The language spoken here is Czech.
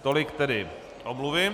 Tolik tedy omluvy.